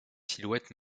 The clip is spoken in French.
silhouette